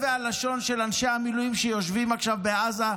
והלשון של אנשי המילואים שיושבים עכשיו בעזה,